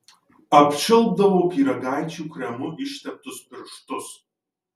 apčiulpdavo pyragaičių kremu išteptus pirštus